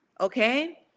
okay